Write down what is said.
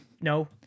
No